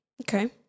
Okay